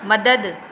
मदद